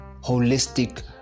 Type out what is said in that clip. holistic